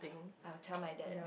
I'll tell my dad